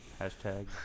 Hashtag